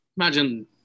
Imagine